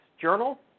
Journal